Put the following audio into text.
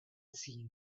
seen